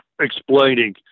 explaining